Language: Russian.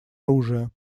оружия